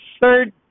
third